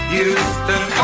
Houston